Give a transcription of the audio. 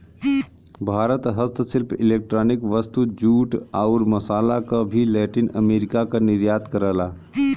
भारत हस्तशिल्प इलेक्ट्रॉनिक वस्तु, जूट, आउर मसाल क भी लैटिन अमेरिका क निर्यात करला